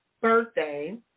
birthday